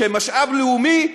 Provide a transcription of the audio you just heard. שהם משאב לאומי,